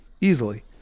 Easily